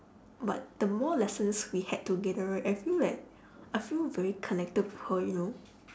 but the more lessons we had together I feel that I feel very connected with her you know